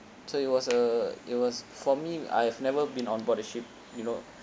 so it was a it was for me I've never been on board a ship you know